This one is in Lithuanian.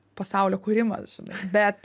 pasaulio kūrimas žinai bet